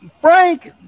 Frank